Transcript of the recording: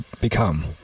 become